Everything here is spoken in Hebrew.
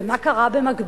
ומה קרה במקביל?